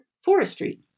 forestry